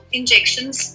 injections